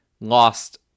lost